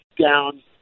down